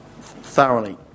thoroughly